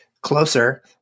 closer